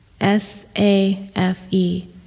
S-A-F-E